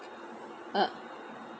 uh